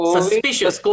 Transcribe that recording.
Suspicious